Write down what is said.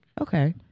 Okay